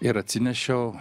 ir atsinešiau